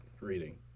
reading